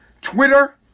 Twitter